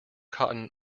cotton